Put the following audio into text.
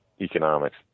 economics